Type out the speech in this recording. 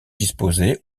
disposait